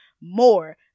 more